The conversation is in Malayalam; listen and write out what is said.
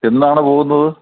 എന്നാണ് പോവുന്നത്